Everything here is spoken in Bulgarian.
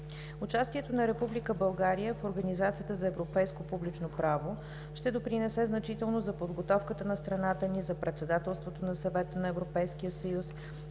Участието на Република България в Организацията за европейско публично право ще допринесе значително за подготовката на страната ни за Председателството на Съвета на Европейския съюз